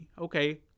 okay